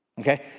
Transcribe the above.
Okay